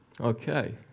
Okay